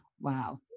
Wow